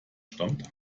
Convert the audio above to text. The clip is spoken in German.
stammt